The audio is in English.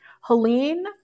Helene